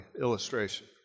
illustration